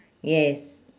yes